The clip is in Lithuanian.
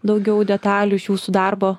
daugiau detalių iš jūsų darbo